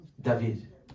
David